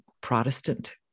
Protestant